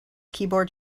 keyboard